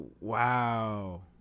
wow